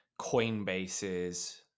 Coinbase's